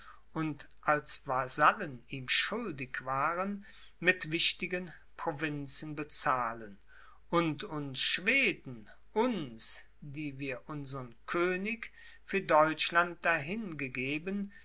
und als vasallen ihm schuldig waren mit wichtigen provinzen bezahlen und uns schweden uns die wir unsern könig für deutschland